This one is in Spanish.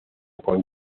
con